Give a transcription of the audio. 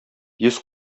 йөз